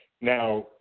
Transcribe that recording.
now